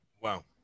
Wow